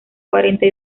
cuarenta